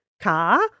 car